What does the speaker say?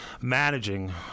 managing